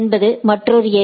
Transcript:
என்பது மற்றொரு ஏ